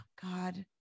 God